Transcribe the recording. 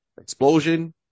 explosion